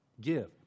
Give